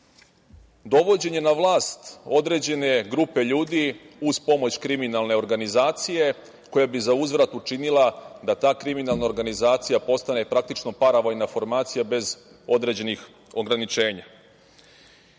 dovođenje na vlast određene grupe ljudi uz pomoć kriminalne organizacije koja bi za uzvrat učinila da ta kriminalna organizacija postane, praktično, paravojna formacija bez određenih ograničenja. Jer,